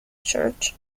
church